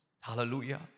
Hallelujah